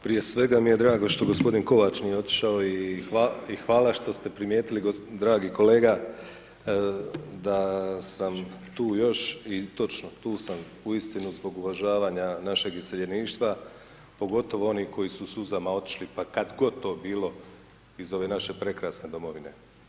Prije svega mi je drago što g. Kovač nije otišao i hvala što ste primijetili dragi kolega da sam tu još i točno tu sam uistinu zbog uvažavanja našeg iseljeništva, pogotovo onih koji su suzama otišli, pa kad god to bilo iz ove naše prekrasne domovine.